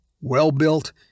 well-built